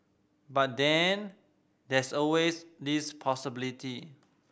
but then there's always this possibility